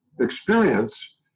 experience